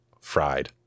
fried